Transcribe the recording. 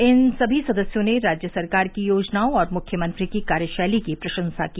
इन सभी सदस्यों ने राज्य सरकार की योजनाओं और मुख्यमंत्री की कार्यशैली की प्रशंसा की